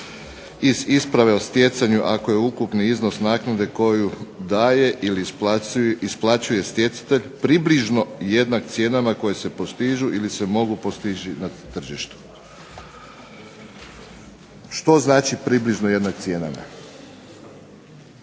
iz isprave o stjecanju ako je ukupni iznos naknade koju daje ili isplaćuje stjecatelj približno jednak cijenama koje se postižu ili se mogu postići na tržištu. Što znači približno jednak cijenama?